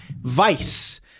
Vice